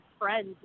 friends